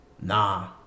Nah